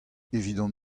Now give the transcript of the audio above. evidon